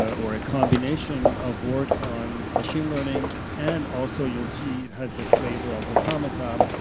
or a combination of work on machine learning, and also, you'll see it has the flavor of automata.